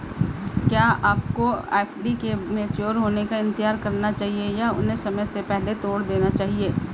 क्या आपको एफ.डी के मैच्योर होने का इंतज़ार करना चाहिए या उन्हें समय से पहले तोड़ देना चाहिए?